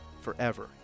forever